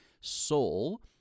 Soul